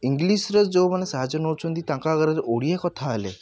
ଇଂଗ୍ଲିଶ୍ର ଯେଉଁମାନେ ସାହାଯ୍ୟ ନେଉଛନ୍ତି ତାଙ୍କ ଆଗରେ ଯଦି ଓଡ଼ିଆ କଥା ହେଲେ